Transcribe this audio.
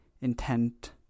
intent